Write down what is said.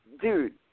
dude